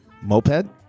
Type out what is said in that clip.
moped